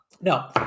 No